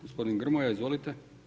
Gospodin Grmoja, izvolite.